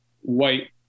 white